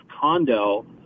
condo